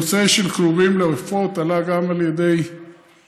הנושא של כלובים לעופות עלה גם על ידי קודמייך.